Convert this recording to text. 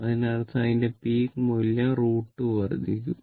അതിനർത്ഥം അതിന്റെ പീക്ക് മൂല്യം √2 വർദ്ധിക്കും